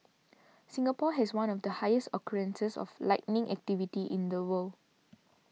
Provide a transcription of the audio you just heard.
Singapore has one of the highest occurrences of lightning activity in the world